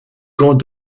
camp